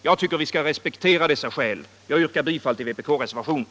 Jag tycker att vi skall respektera dessa skäl. Herr talman! Jag yrkar bifall till vpk-reservationen.